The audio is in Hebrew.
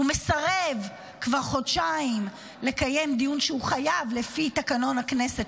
הוא מסרב כבר חודשיים לקיים דיון שהוא חייב לקיים לפי תקנון הכנסת,